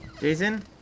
Jason